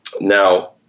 now